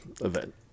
event